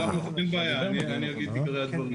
אין בעיה, אני אגיד את עיקרי הדברים.